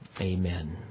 Amen